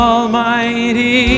Almighty